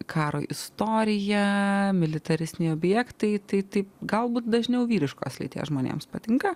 karo istorija militaristiniai objektai tai taip galbūt dažniau vyriškos lyties žmonėms patinka